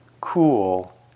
cool